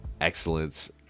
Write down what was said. excellence